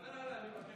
כבוד היושב-ראש,